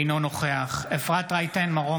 אינו נוכח אפרת רייטן מרום,